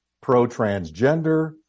pro-transgender